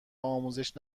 آموزش